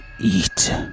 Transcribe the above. eat